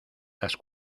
las